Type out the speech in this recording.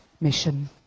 mission